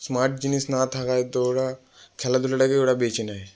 smart জিনিস না থাকায় তো ওরা খেলাধুলাটাকে ওরা বেছে নেয়